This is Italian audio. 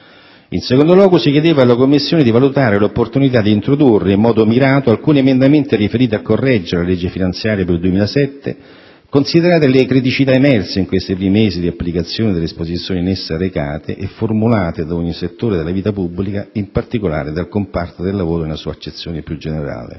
In secondo luogo, si chiedeva alla Commissione di valutare l'opportunità di introdurre in modo mirato alcuni emendamenti svolti a correggere la legge finanziaria per il 2007, considerate le criticità emerse in questi primi mesi di applicazione delle disposizioni in essa recate e formulate da ogni settore della vita pubblica, in particolare dal comparto del lavoro nella sua accezione più generale.